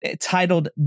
titled